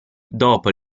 dopo